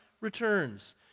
returns